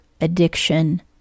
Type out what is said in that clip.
addiction